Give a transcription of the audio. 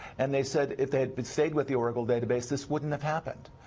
and they said if they'd but stayed with the oracle database, this wouldn't have happened.